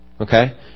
Okay